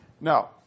Now